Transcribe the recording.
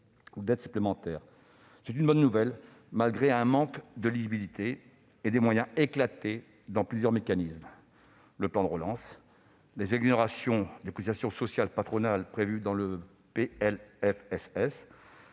d'aides supplémentaires. C'est une bonne nouvelle, malgré un manque de lisibilité et des moyens éclatés dans plusieurs mécanismes : plan de relance, exonérations de cotisations sociales patronales prévues dans le PLFSS,